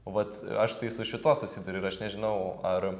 vat aš tai su šituo susiduriu ir aš nežinau ar